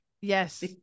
Yes